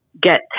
get